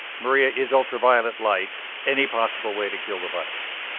maria, is ultraviolet light any possible way to kill the virus?